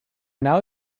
now